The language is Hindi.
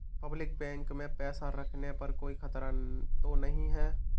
पब्लिक बैंक में पैसा रखने पर कोई खतरा तो नहीं है?